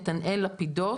נתנאל לפידות,